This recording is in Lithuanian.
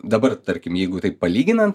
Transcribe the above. dabar tarkim jeigu taip palyginant